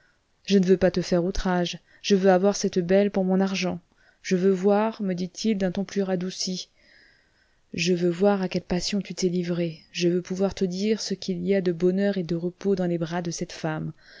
je ne veux pas te faire outrage je veux avoir cette belle pour mon argent je veux voir me dit-il d'un ton plus radouci je veux voir à quelle passion tu t'es livré je veux pouvoir te dire ce qu'il y a de bonheur et de repos dans les bras de cette femme